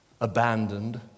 abandoned